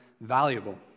valuable